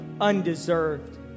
undeserved